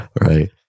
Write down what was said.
Right